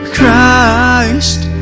Christ